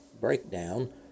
breakdown